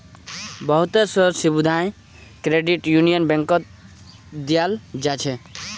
बहुत स सुविधाओ क्रेडिट यूनियन बैंकत दीयाल जा छेक